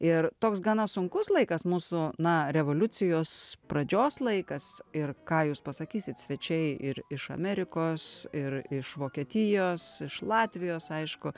ir toks gana sunkus laikas mūsų na revoliucijos pradžios laikas ir ką jūs pasakysite svečiai ir iš amerikos ir iš vokietijos iš latvijos aišku